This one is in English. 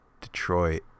Detroit